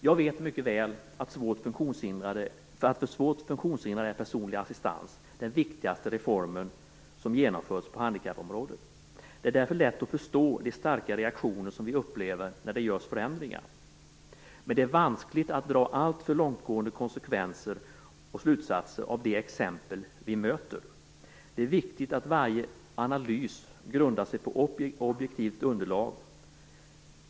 Jag vet mycket väl att för svårt funktionshindrade är reformen om personlig assistans den viktigaste reform som har genomförts på handikappområdet. Det är därför lätt att förstå de starka reaktioner som vi upplever när det görs förändringar. Men det är vanskligt att dra alltför långtgående konsekvenser och slutsatser av de exempel som vi möter. Det är viktigt att varje analys grundar sig på objektivt underlag.